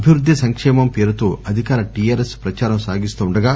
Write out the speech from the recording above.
అభివృద్ధి సంక్షేమం పేరుతో అధికార టీ ఆర్ ఎస్ ప్రచారం సాగిస్తుండగా